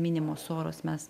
minimos soros mes